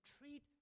treat